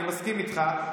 תפסיק כבר.